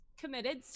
committed